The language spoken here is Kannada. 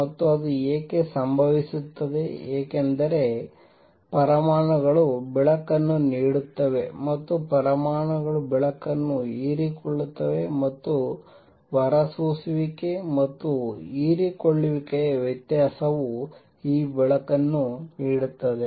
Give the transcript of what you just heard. ಮತ್ತು ಅದು ಏಕೆ ಸಂಭವಿಸುತ್ತದೆ ಏಕೆಂದರೆ ಪರಮಾಣುಗಳು ಬೆಳಕನ್ನು ನೀಡುತ್ತವೆ ಮತ್ತು ಪರಮಾಣುಗಳು ಬೆಳಕನ್ನು ಹೀರಿಕೊಳ್ಳುತ್ತವೆ ಮತ್ತು ಹೊರಸೂಸುವಿಕೆ ಮತ್ತು ಹೀರಿಕೊಳ್ಳುವಿಕೆಯ ವ್ಯತ್ಯಾಸವು ಈ ಬೆಳಕನ್ನು ನೀಡುತ್ತದೆ